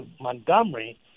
Montgomery